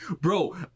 bro